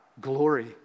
glory